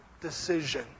decision